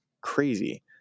crazy